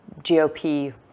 GOP